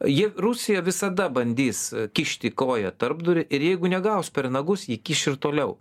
ji rusija visada bandys kišti koją tarpdurį ir jeigu negaus per nagus ji kiš ir toliau